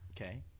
Okay